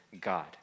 God